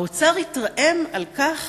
האוצר התרעם על כך